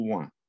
one